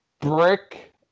brick